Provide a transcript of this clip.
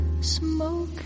smoke